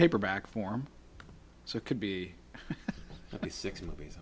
paperback form so it could be six movies